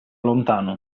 lontano